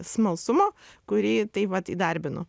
smalsumo kurį taip vat įdarbinu